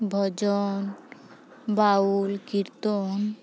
ᱵᱷᱚᱡᱚᱱ ᱵᱟᱣᱩᱞ ᱠᱤᱨᱛᱚᱱ